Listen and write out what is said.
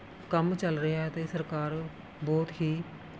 ਕੰਮ ਚੱਲ ਰਿਹਾ ਹੈ ਅਤੇ ਸਰਕਾਰ ਬਹੁਤ ਹੀ